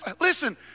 Listen